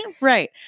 Right